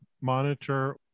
monitor